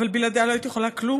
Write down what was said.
אבל בלעדיה לא הייתי יכולה כלום,